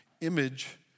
image